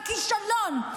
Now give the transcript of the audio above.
והכישלון,